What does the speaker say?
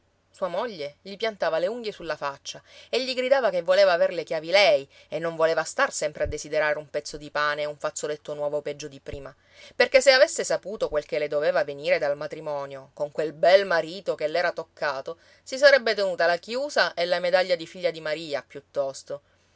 sua moglie gli piantava le unghie sulla faccia e gli gridava che voleva aver le chiavi lei e non voleva star sempre a desiderare un pezzo di pane e un fazzoletto nuovo peggio di prima perché se avesse saputo quel che le doveva venire dal matrimonio con quel bel marito che le era toccato si sarebbe tenuta la chiusa e la medaglia di figlia di maria piuttosto